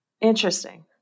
interesting